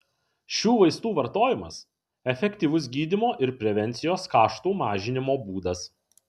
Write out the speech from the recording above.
šių vaistų vartojimas efektyvus gydymo ir prevencijos kaštų mažinimo būdas